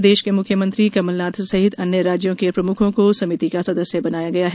प्रदेश के मुख्यमंत्री कमलनाथ सहित अन्य राज्यों के प्रमुखों को समिति का सदस्य बनाया गया है